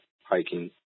hiking